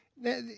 Now